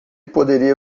poderia